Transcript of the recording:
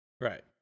Right